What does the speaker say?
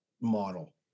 model